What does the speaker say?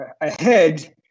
ahead